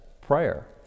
prayer